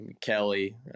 Kelly